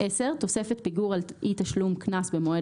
תוספת פיגור על אי תשלום קנס במועד